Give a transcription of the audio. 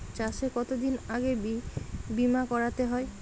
চাষে কতদিন আগে বিমা করাতে হয়?